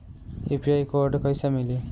UPI code कैसे मिली?